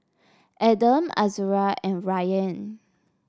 Adam Azura and Rayyan